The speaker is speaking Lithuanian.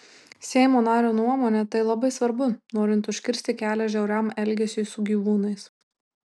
seimo nario nuomone tai labai svarbu norint užkirsti kelią žiauriam elgesiui su gyvūnais